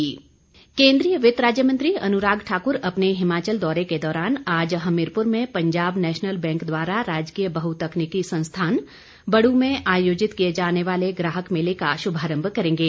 अनुराग ठाकुर केंद्रीय वित राज्य मंत्री अनुराग ठाकुर अपने हिमाचल दौरे के दौरान आज हमीरपुर में पंजाब नेशनल बैंक द्वारा राजकीय बहुतकनीकी संस्थान बड़ में आयोजित किए जाने वाले ग्राहक मेले का श्भारंभ करेंगे